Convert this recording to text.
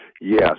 Yes